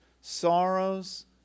Sorrows